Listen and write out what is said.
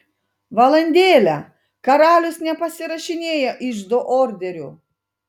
valandėlę karalius nepasirašinėja iždo orderių